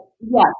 yes